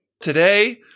Today